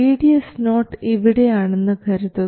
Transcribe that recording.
VDS0 ഇവിടെ ആണെന്ന് കരുതുക